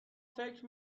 فکر